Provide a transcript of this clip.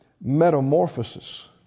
metamorphosis